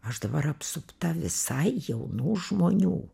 aš dabar apsupta visai jaunų žmonių